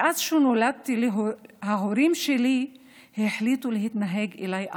מאז שנולדתי ההורים שלי החליטו להתנהג אליי אחרת,